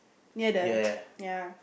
near the ya